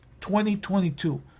2022